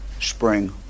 Spring